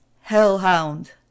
Hellhound